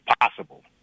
possible